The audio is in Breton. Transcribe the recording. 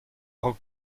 raok